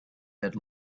had